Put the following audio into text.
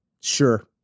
Sure